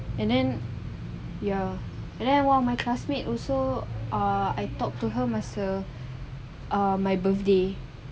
and then ya and then one of my classmate also uh I talk to masa uh my birthday